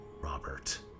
Robert